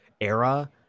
era